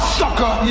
sucker